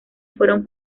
fueron